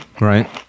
Right